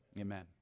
Amen